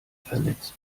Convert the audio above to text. vernetzt